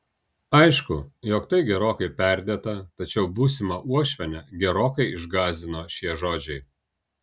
aišku jog tai gerokai perdėta tačiau būsimą uošvienę gerokai išgąsdino šie žodžiai